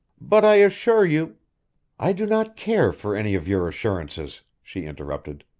but i assure you i do not care for any of your assurances, she interrupted.